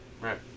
right